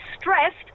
stressed